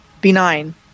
benign